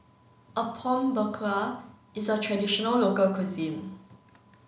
Apom Berkuah is a traditional local cuisine